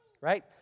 right